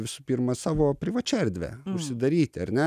visų pirma savo privačia erdve užsidaryti ar ne